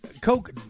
Coke